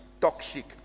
toxic